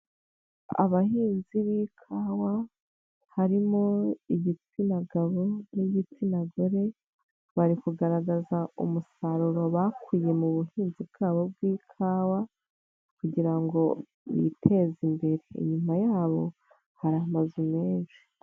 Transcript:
Abahinzi b'ikawa harimo igitsina gabo n'igitsina gore ,bari kugaragaza umusaruro bakuye mu buhinzi bwabo bw'ikawa, kugira ngo biteze imbere, inyuma y'abo hari amazu menshi.